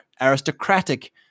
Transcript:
aristocratic